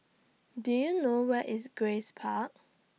Do YOU know Where IS Grace Park